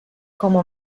como